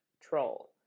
troll